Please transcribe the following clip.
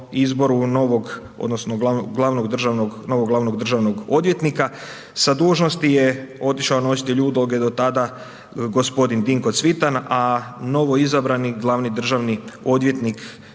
državnog, novog glavnog državnog odvjetnika, sa dužnosti je otišao .../Govornik se ne razumije./... do tada gospodin Dinko Cvitan, a novo izabrani glavni državni odvjetnik